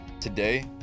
Today